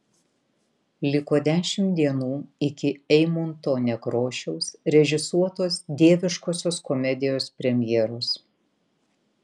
liko dešimt dienų iki eimunto nekrošiaus režisuotos dieviškosios komedijos premjeros